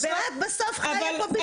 ואת בסוף חיה פה בזכותו.